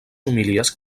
homilies